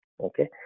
okay